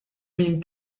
min